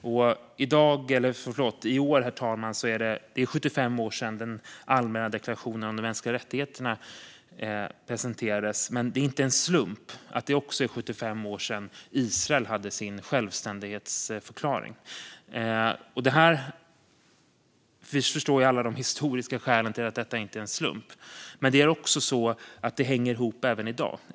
I år, herr talman, är det 75 år sedan den allmänna deklarationen om de mänskliga rättigheterna presenterades. Det är inte en slump att det också är 75 år sedan Israel hade sin självständighetsförklaring. Alla förstår de historiska skälen till att det inte är en slump. Men det hänger ihop även i dag.